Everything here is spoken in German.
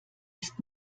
ist